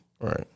Right